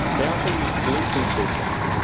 they also use bluetooth beacons,